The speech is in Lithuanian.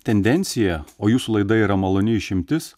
tendencija o jūsų laida yra maloni išimtis